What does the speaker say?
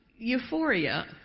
Euphoria